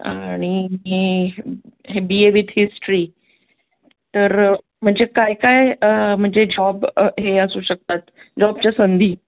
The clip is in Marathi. आणि बी ए विथ हिस्ट्री तर म्हणजे काय काय म्हणजे जॉब हे असू शकतात जॉबच्या संधी